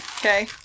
Okay